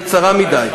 היא קצרה מדי.